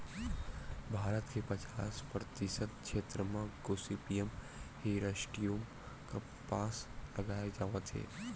भारत के पचास परतिसत छेत्र म गोसिपीयम हिरस्यूटॅम कपसा उगाए जावत हे